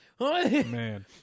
Man